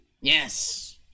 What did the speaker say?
Yes